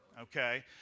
Okay